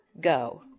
go